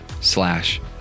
slash